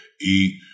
eat